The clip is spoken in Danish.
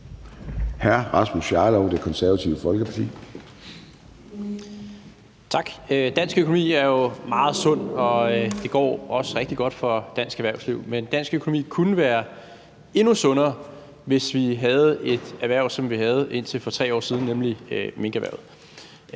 10:08 Rasmus Jarlov (KF): Tak. Dansk økonomi er jo meget sund, og det går også rigtig godt for dansk erhvervsliv, men dansk økonomi kunne være endnu sundere, hvis vi havde det erhverv, som vi havde indtil for 3 år siden, nemlig minkerhvervet.